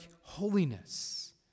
holiness